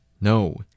No